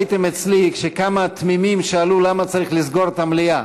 הייתם אצלי כשכמה תמימים שאלו למה צריך לסגור את המליאה,